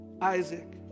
Isaac